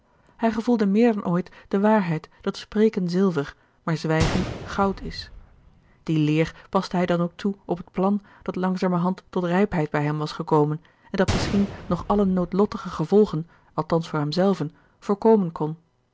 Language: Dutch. hij gevoelde meer dan ooit de waarheid dat spreken zilver maar zwijgen goud is die leer paste hij dan ook toe op het plan dat langzamerhand tot rijpheid bij hem was gekomen en dat misschien nog alle nootlottige gevolgen althans voor hem zelven voorkomen kon